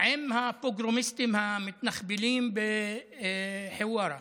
ובין הפוגרומיסטים המתנחבלים בחווארה,